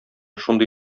шундый